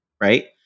right